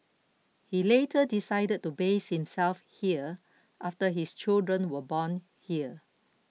he later decided to base himself here after his children were born here